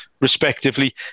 respectively